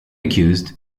accused